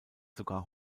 sogar